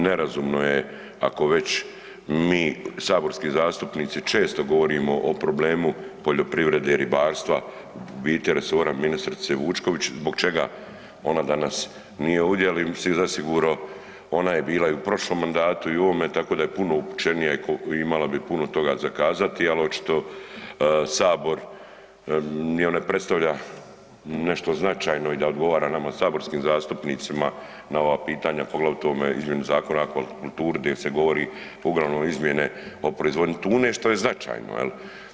Nerazumno je ako već mi saborski zastupnici često govorimo o problemu poljoprivrede, ribarstva u biti resora ministrice Vučković zbog čega ona danas nije ovdje, ali zasigurno ona je bila i u prošlom mandatu i u ovome tako da je puno obučenija i imala bi puno toga za kazati, ali očito sabor joj ne predstavlja nešto značajno i da odgovara nama saborskim zastupnicima na ova pitanja, poglavito na o ovome izmjeni Zakona o akvakulturi gdje se govori uglavnom izmjene o proizvodnji tune što je značajno jel.